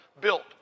built